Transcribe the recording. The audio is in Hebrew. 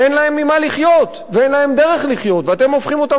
אין להם ממה לחיות ואין להם דרך לחיות ואתם הופכים אותם